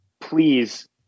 please